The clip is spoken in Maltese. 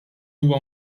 huwa